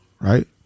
right